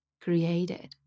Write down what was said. created